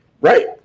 right